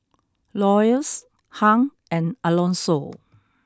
Lois Hung and Alonso